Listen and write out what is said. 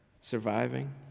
surviving